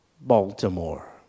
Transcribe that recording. Baltimore